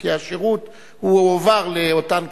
כי השירות הועבר לאותן קופות-חולים.